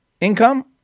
income